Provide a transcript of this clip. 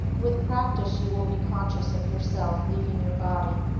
with practice, you will be conscious of yourself leaving your body,